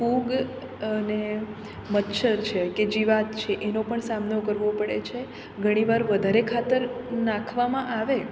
ફૂગ અને મચ્છર છે કે જીવાત છે એનો પણ સામનો કરવો પડે છે ઘણી વાર વધારે ખાતર નાખવામાં આવે